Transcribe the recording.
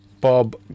Bob